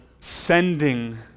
sending